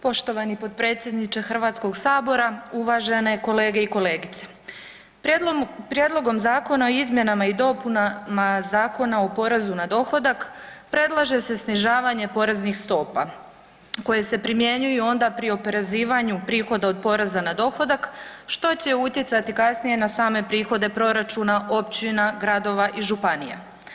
Poštovani potpredsjedniče Hrvatskog sabora, uvažene kolege i kolegice, Prijedlogom Zakona o izmjenama i dopunama Zakona o porezu na dohodak predlaže se snižavanje poreznih stopa koje se primjenjuju onda pri oporezivanju prihoda od poreza na dohodak što će utjecati kasnije na same prihode proračuna općina, gradova i županija.